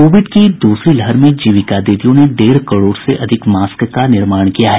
Covid की दूसरी लहर में जीविका दीदियों ने डेढ़ करोड़ से अधिक मास्क का निर्माण किया है